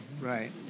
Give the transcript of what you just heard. Right